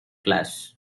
class